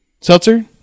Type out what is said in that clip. seltzer